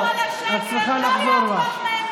אבל הוא משקר,